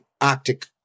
Arctic